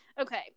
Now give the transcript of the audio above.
okay